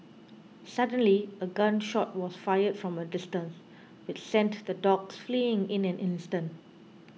suddenly a gun shot was fired from a distance which sent the dogs fleeing in an instant